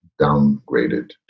downgraded